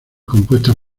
compuestas